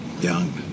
young